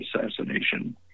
assassination